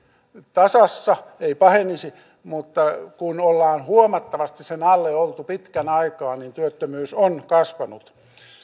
tasassa ei pahenisi mutta kun ollaan huomattavasti sen alle oltu pitkän aikaa niin työttömyys on kasvanut